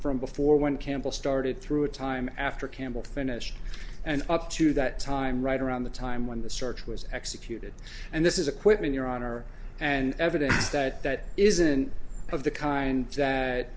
from before when campbell started through a time after campbell finished and up to that time right around the time when the search was executed and this is a quip in your honor and evidence that isn't of the kind that